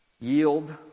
Yield